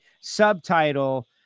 Subtitle